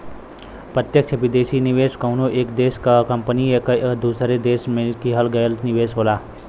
प्रत्यक्ष विदेशी निवेश कउनो एक देश क कंपनी क दूसरे देश में किहल गयल निवेश होला